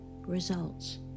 results